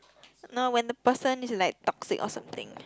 no when the person is like toxic or something